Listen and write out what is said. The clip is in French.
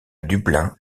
dublin